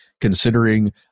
considering